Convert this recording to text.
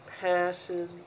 passion